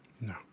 No